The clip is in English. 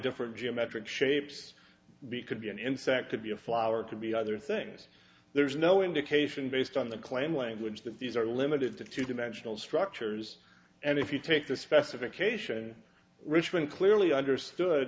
different geometric shapes be could be an insect could be a flower could be other things there's no indication based on the claim language that these are limited to two dimensional structures and if you take the specification richmond clearly understood